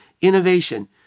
innovation